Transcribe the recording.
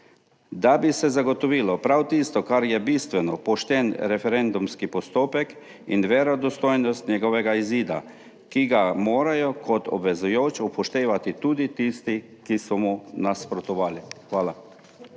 Da bi se zagotovilo prav tisto, kar je bistveno: pošten referendumski postopek in verodostojnost njegovega izida, ki ga morajo kot obvezujoč upoštevati tudi tisti, ki so mu nasprotovali. Hvala.